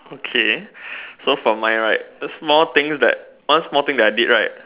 okay so for mine right the small things that one small thing that I did right